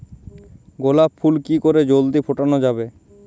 গোলাপ ফুল কি করে জলদি ফোটানো যাবে?